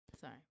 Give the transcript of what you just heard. Sorry